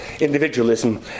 individualism